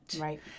Right